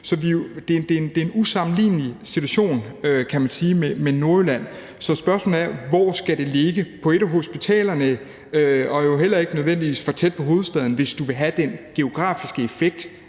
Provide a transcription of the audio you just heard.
Så det er en usammenlignelig situation, kan man sige, med Nordjylland. Så spørgsmålet er, hvor det skal ligge; på et af hospitalerne og jo heller ikke nødvendigvis for tæt på hovedstaden, hvis du vil have den geografiske effekt